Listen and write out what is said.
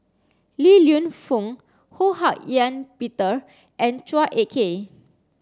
Li Lienfung Ho Hak Ean Peter and Chua Ek Kay